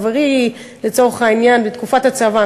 חברי לצורך העניין בתקופת הצבא,